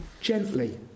gently